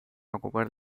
ocupar